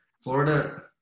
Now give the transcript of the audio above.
Florida